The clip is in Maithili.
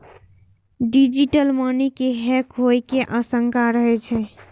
डिजिटल मनी के हैक होइ के आशंका रहै छै